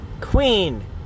queen